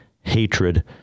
hatred